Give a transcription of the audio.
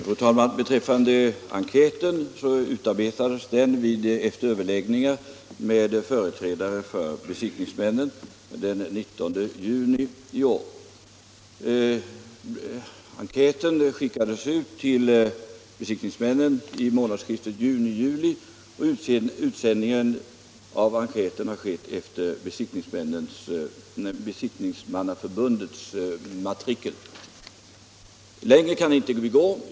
Fru talman! Enkäten utarbetades efter överläggningar med företrädare för besiktningsmännen den 19 juni i år. Enkäten skickades ut till besiktningsmännen i månadsskiftet juni-juli, och utsändningen av enkäten har skett efter Besiktningsmannaföreningens matrikel. Längre kan vi inte gå.